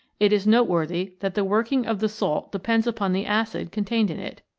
it is noteworthy that the working of the salt depends upon the acid contained in it.